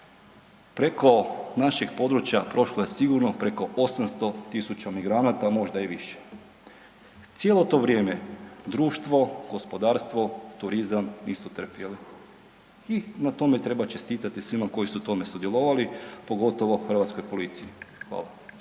Preko našeg područja prošlo je sigurno preko 800.000 migranata, a možda i više. Cijelo to vrijeme društvo, gospodarstvo, turizam nisu trpjeli i na tome treba čestitati svima koji su u tome sudjelovali, pogotovo hrvatskoj policiji. Hvala.